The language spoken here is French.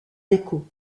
déco